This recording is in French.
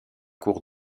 cours